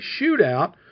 shootout